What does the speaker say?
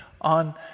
on